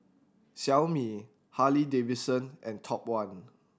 Xiaomi Harley Davidson and Top One